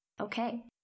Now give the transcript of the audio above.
Okay